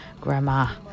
grandma